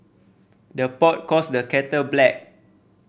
the pot calls the kettle black